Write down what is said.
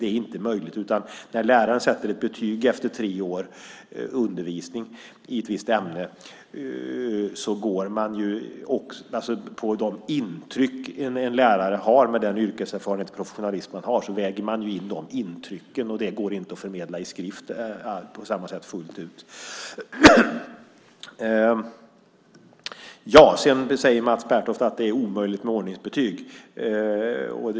Det är inte möjligt. När läraren sätter ett betyg efter tre års undervisning i ett visst ämne går läraren på de intryck han eller hon har med sin yrkeserfarenhet och professionalism. Det går inte att förmedla i skrift på samma sätt fullt ut. Mats Pertoft säger att det är omöjligt med ordningsbetyg.